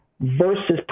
versus